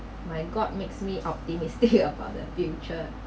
my god makes me optimistic about the future